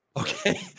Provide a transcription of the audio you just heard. Okay